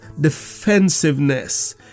Defensiveness